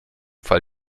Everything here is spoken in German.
fall